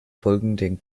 folgenden